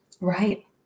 Right